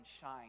shine